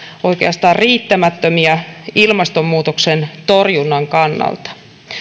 oikeastaan riittämättömiä ilmastonmuutoksen torjunnan kannalta